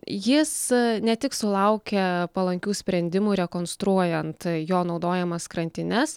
jis ne tik sulaukia palankių sprendimų rekonstruojant jo naudojamas krantines